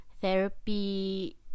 therapy